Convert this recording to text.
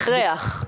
הכרח.